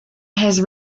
has